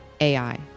AI